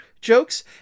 jokes